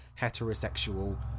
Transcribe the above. heterosexual